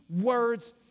words